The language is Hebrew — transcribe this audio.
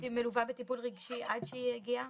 הייתי מלווה בטיפול רגשי עד שהיא הגיעה,